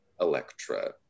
Electra